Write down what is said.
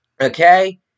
Okay